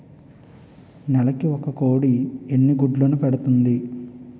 నెలకి ఒక కోడి ఎన్ని గుడ్లను పెడుతుంది?